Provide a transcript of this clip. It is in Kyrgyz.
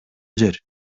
жер